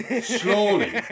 Slowly